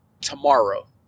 tomorrow